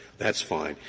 that's fine.